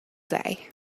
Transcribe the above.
day